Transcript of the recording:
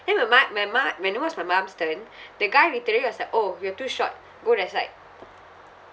then my mu~ my mu~ when it was my mum's turn the guy literally was like orh you're too short go that side